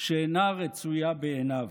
שאינה רצויה בעיניו".